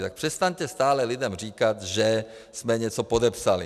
Tak přestaňte stále lidem říkat, že jsme něco podepsali.